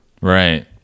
Right